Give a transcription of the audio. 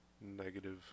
Negative